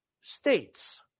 States